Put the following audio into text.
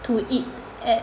to eat at